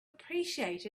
appreciate